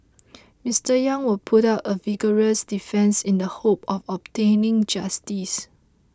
Mister Yang will put up a vigorous defence in the hope of obtaining justice